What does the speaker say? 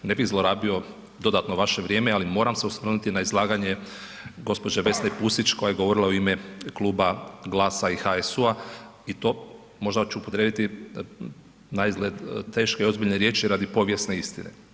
Ne bih zlorabio dodatno vaše vrijeme, ali moram se osvrnuti na izlaganje g. Vesne Pusić koja je govorila u ime Kluba GLAS-a i HSU-a i to možda ću upotrijebiti naizgled teške i ozbiljne riječi radi povijesne istine.